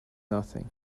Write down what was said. nothing